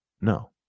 No